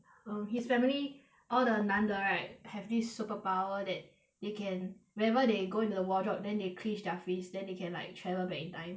um his family all the 男的 right have this superpower that they can whenever they go into the wardrobe then they clinched their fist then they can like travel back in time